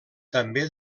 també